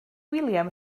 william